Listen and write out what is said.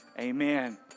Amen